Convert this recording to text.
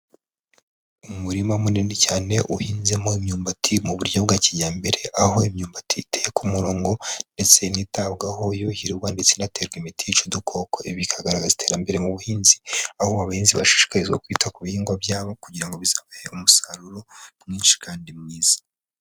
Mumurima munini cyane uhinzemo imyumbati mu buryo bwa kijyambere, aho imyumbati iteye ku murongo ndetse initabwaho yuhirwa, ndetse inaterwa imiti yica udukoko. Bikagaragaza iterambere mu buhinzi, aho abahinzi bashishikarizwa kwita ku bihingwa byabo kugira ngo bizabahe umusaruro mwinshi kandi mwiza.